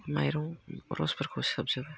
माइरं रसफोरखौ सोबजोबो